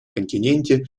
континенте